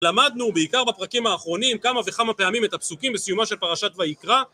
למדנו בעיקר בפרקים האחרונים כמה וכמה פעמים את הפסוקים בסיומה של פרשת ויקרא